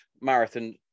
marathon